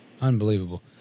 Unbelievable